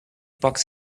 bucks